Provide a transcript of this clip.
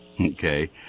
Okay